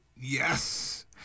yes